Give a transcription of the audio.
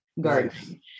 gardening